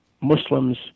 Muslims